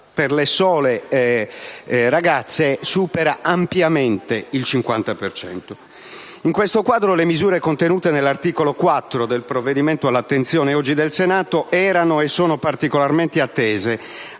per le sole ragazze supera abbondantemente il 50 per cento). In questo quadro, le misure contenute nell'articolo 4 del provvedimento all'attenzione oggi del Senato erano e sono particolarmente attese,